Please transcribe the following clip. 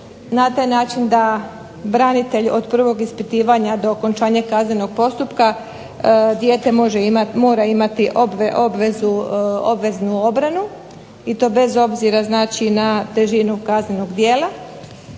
na taj način da branitelj od prvog ispitivanja do okončanja kaznenog postupka dijete mora imati obveznu obranu i to bez obzira znači na težinu kaznenog djela.